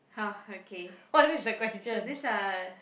!huh! okay so these are